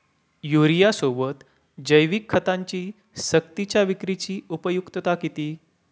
युरियासोबत जैविक खतांची सक्तीच्या विक्रीची उपयुक्तता किती?